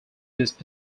these